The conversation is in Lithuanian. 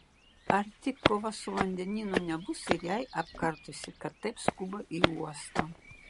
ar tik kova su vandenynu nebus ir jai apkartusi kad taip skuba į uostą